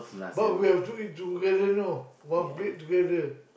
but we have to eat together know one plate together